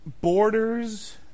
borders